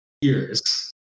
years